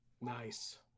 Nice